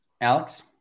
Alex